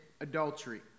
adultery